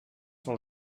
sont